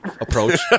approach